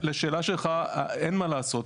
לשאלה שלך אין מה לעשות,